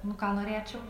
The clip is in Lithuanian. nu ką norėčiau